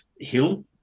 Hill